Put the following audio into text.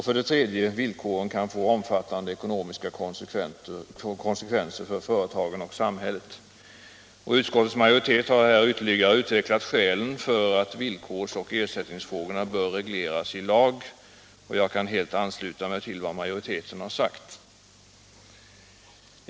För det tredje kan villkoren få omfattande ekonomiska konsekvenser för företagen och samhället. Utskottets majoritet har ytterligare utvecklat skälen för att villkors-och ersättningsfrågorna bör regleras i lag. Jag kan helt ansluta mig till vad majoriteten sagt.